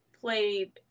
played